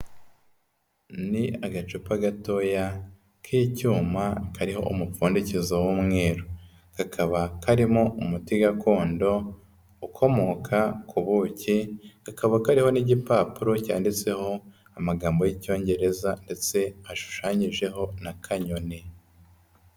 Ni agacupa gatoya k'icyuma kariho umupfundikizo w'umweru, kakaba karimo umuti gakondo ukomoka ku buki, kakaba kariho n'igipapuro cyanditseho amagambo y'Icyongereza ndetse hashushanyijeho n'akanyoni.